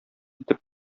итеп